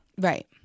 Right